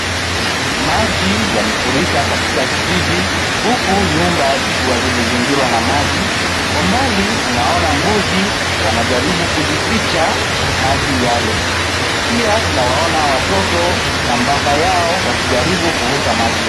Maji yamefurika katika kijiji, huku nyumba zikiwa zimezingirwa na maji. Kwa mbali tunaona mbuzi wanajaribu kujificha maji yale. Pia tunawaona watoto na baba yao wakijaribu kuvuka maji.